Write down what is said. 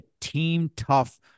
team-tough